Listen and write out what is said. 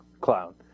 clown